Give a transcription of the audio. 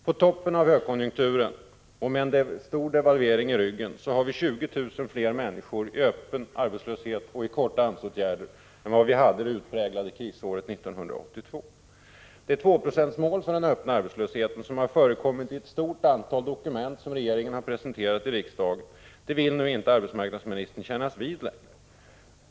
På toppen av en högkonjunktur och med en stor devalvering i ryggen har vi 20 000 fler människor i öppen arbetslöshet och i korta AMS-åtgärder än vi hade det utpräglade krisåret 1982. Det 2-procentsmål för den öppna arbetslösheten som har förekommit i ett stort antal dokument som regeringen presenterat i riksdagen vill nu arbetsmarknadsministern inte kännas vid längre.